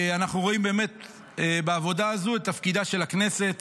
אנחנו רואים בעבודה הזו את תפקידה של הכנסת